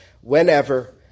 whenever